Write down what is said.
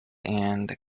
and